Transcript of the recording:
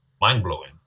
mind-blowing